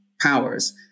powers